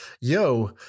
Yo